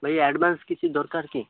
ଭାଇ ଆଡ଼ଭାନ୍ସ କିଛି ଦରକାର କି